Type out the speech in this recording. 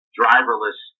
driverless